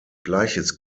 gleiches